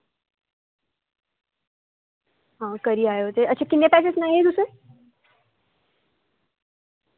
आं करी आयो किन्ने पैसे सनाए तुसें